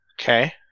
Okay